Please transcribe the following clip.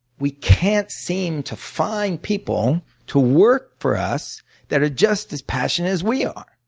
we can't seem to find people to work for us that are just as passionate as we are.